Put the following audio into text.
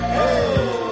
Hey